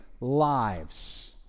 lives